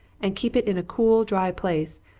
and keep it in a cool dry place,